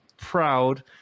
proud